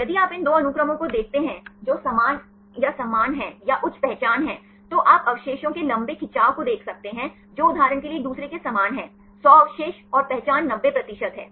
यदि आप इन दो अनुक्रमों को देखते हैं जो समान या समान हैं या उच्च पहचान हैं तो आप अवशेषों के लंबे खिंचाव को देख सकते हैं जो उदाहरण के लिए एक दूसरे के समान हैं 100 अवशेष और पहचान 90 प्रतिशत है